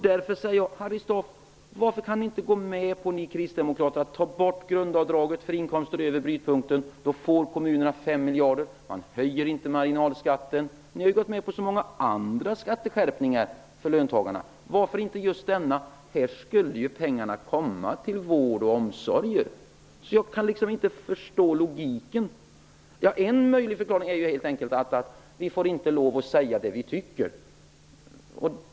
Varför, Harry Staaf, kan inte ni kristdemokrater gå med på att ta bort grundavdraget för inkomster över brytpunkten? Då skulle kommunerna få 5 miljarder utan att marginalskatterna höjs. Ni har ju gått med på så många andra skatteskärpningar för löntagarna. Varför inte just denna? Här skulle ju pengarna gå till vård och omsorger. Därför kan jag inte riktigt förstå logiken. En möjlig förklaring är att ni inte får lov att säga vad ni tycker.